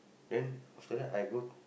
then after that I go